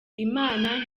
imana